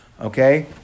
Okay